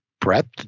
breadth